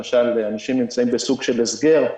אנשים נמצאים בסוג של הסגר,